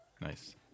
nice